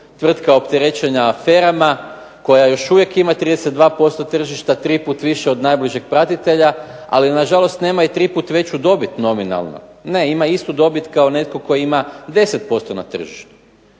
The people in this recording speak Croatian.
tvrtka opterećena aferama koja još uvijek ima 32% tržišta tri puta više od najbližeg pratitelja, ali na žalost nema ni 3 puta veću dobit nominalno, ne, ima istu dobit kao netko tko ima 10% na tržištu.